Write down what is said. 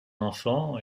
enfant